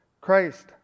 Christ